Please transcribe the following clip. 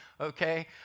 Okay